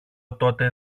τότε